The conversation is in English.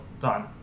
done